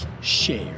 share